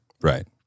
Right